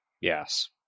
Yes